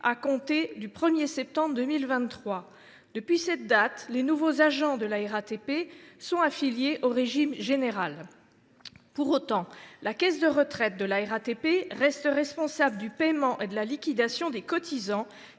à compter du 1 septembre 2023. Depuis cette date, les nouveaux agents de la RATP sont affiliés au régime général. Cependant, la caisse de retraite de la RATP reste responsable du paiement et de la liquidation des cotisants